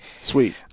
Sweet